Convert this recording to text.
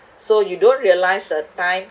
so you don't realise the time